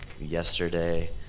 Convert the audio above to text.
yesterday